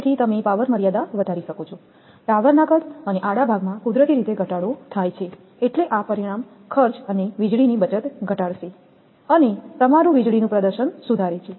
તેથી તમે પાવર મર્યાદા વધારી શકો છો ટાવરના કદ અને આડા ભાગ માં કુદરતી રીતે ઘટાડો થાય છે એટલે આ પરિણામ ખર્ચ અને વીજળીની બચત ઘટાડશે અને તમારું વીજળીનું પ્રદર્શન સુધારે છે